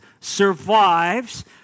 survives